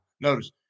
Notice